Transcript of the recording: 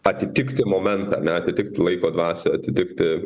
atitikti momentą ane atitikti laiko dvasią atitikti